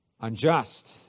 unjust